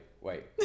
wait